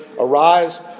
arise